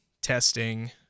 testing